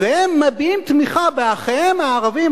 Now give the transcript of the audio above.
והם מביעים תמיכה באחיהם הערבים,